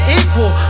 equal